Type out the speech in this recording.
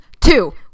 Two